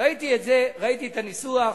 ראיתי את זה, ראיתי את הניסוח,